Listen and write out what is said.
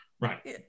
Right